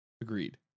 Agreed